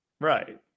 Right